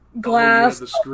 glass